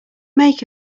make